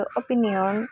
opinion